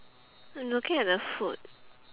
I'm looking at the food